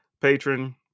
patron